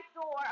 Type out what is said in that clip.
door